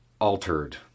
altered